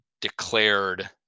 declared